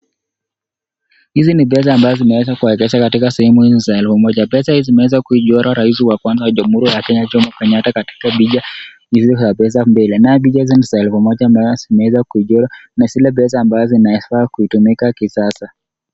Hizi ni pesa ambazo zimeweza kuwekwa katika sehemu moja. Pesa hizi zimeweza kuchorwa rais wa kwanza wa Jamhuri ya Kenya, Jomo Kenyatta, katika picha hizo za pesa mbele. Na picha izi ni za elfu moja ambazo zimeweza kuchorwa na zile pesa ambazo zinafaa kutumika kisasa.